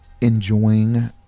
enjoying